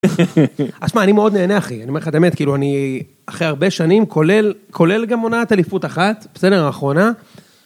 אז תשמע, אני מאוד נהנה אחי, אני אומר לך את האמת, כאילו אני אחרי הרבה שנים, כולל כולל גם עונת אליפות אחת, בסדר? האחרונה.